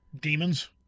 Demons